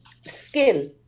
skill